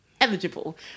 eligible